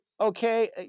okay